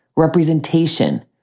representation